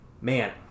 man